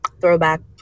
throwback